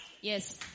Yes